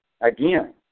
Again